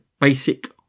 basic